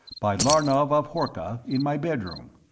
by larnov of horka, in my bedroom.